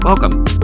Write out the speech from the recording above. Welcome